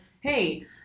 hey